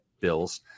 Bills